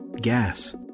gas